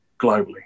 globally